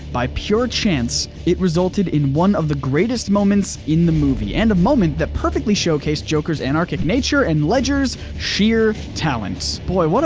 by pure chance, it resulted in one of the greatest moments in the movie, and a moment that perfectly showcased joker's anarchic nature and ledger's sheer talent. boy,